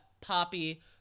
Poppy